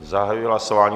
Zahajuji hlasování.